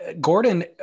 Gordon